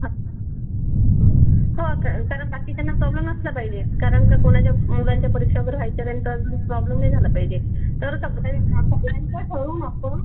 हो का कारण बाकीच्यांना प्रॉब्लेम नसला पाहिजे कारण का कोणाच्या मुलांच्या परीक्षा वगैरे व्हायच्या राहीन तर मग प्रॉब्लेम नाही झाला पाहिजे तर सगळ्यांना सगळ्यांचं ठरवून आपण